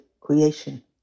creation